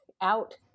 out